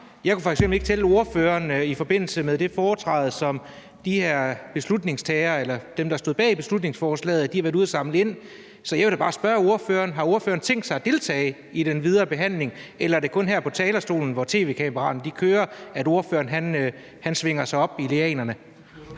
Jeg kunne f.eks. ikke se ordføreren i forbindelse med det foretræde, som dem, der stod bag beslutningsforslaget, deltog i. Så jeg vil da bare spørge ordføreren, om ordføreren har tænkt sig at deltage i den videre behandling. Eller er det kun her på talerstolen, hvor tv-kameraerne kører, at ordføreren svinger sig op i lianerne?